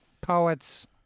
poets